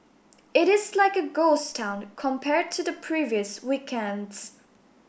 it is like a ghost town compared to the previous weekends